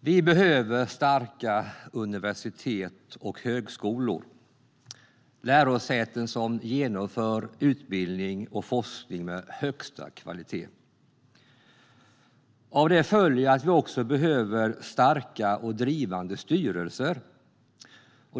Vi behöver starka universitet och högskolor. Det ska vara lärosäten som genomför utbildning och forskning med högsta kvalitet. Av det följer att vi också behöver starka och drivande styrelser.